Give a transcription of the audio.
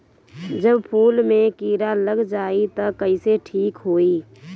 जब फूल मे किरा लग जाई त कइसे ठिक होई?